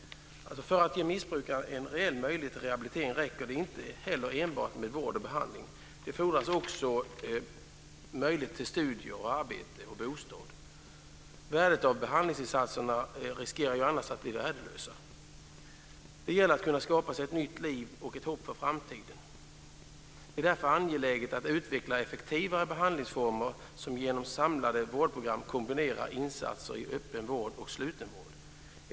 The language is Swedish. För att ge missbrukare en reell möjlighet till rehabilitering räcker det inte heller enbart med vård och behandling. Det fordras också möjlighet till studier, arbete och bostad. Annars riskerar behandlingsinsatserna att bli värdelösa. Det gäller att kunna skapa sig ett nytt liv och ett hopp för framtiden. Det är därför angeläget att utveckla effektivare behandlingsformer, som genom samlade vårdprogram kombinerar insatser i öppen vård och sluten vård.